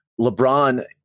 LeBron